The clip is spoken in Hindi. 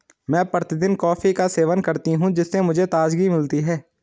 मैं प्रतिदिन कॉफी का सेवन करती हूं जिससे मुझे ताजगी मिलती है